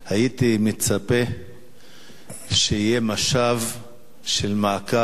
הייתי מצפה שיהיה מעקב